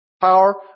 power